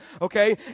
okay